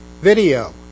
video